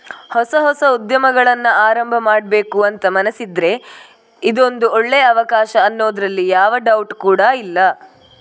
ಹೊಸ ಹೊಸ ಉದ್ಯಮಗಳನ್ನ ಆರಂಭ ಮಾಡ್ಬೇಕು ಅಂತ ಮನಸಿದ್ರೆ ಇದೊಂದು ಒಳ್ಳೇ ಅವಕಾಶ ಅನ್ನೋದ್ರಲ್ಲಿ ಯಾವ ಡೌಟ್ ಕೂಡಾ ಇಲ್ಲ